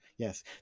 Yes